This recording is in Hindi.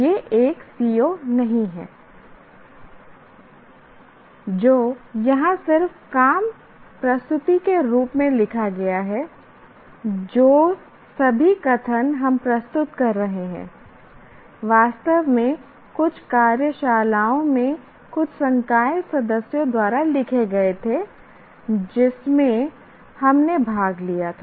यह एक CO नहीं है जो यहां सिर्फ काम प्रस्तुति के रूप में लिखा गया है जो सभी कथन हम प्रस्तुत कर रहे हैं वास्तव में कुछ कार्यशालाओं में कुछ संकाय सदस्यों द्वारा लिखे गए थे जिसमें हमने भाग लिया था